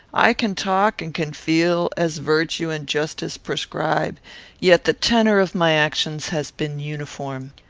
i can talk and can feel as virtue and justice prescribe yet the tenor of my actions has been uniform.